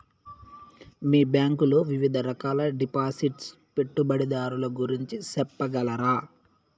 మీ bank లో వివిధ రకాల డిపాసిట్స్, పెట్టుబడుల గురించి సెప్పగలరా?